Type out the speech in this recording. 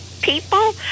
people